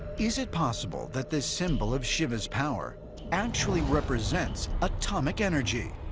is it possible that this symbol of shiva's power actually represents atomic energy?